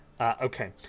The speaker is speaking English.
Okay